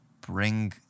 bring